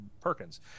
Perkins